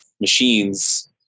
machines